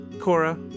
Cora